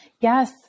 yes